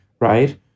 right